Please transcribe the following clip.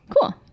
Cool